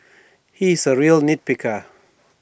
he is A real nit picker